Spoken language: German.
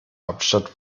hauptstadt